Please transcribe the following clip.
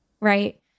right